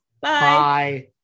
Bye